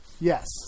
yes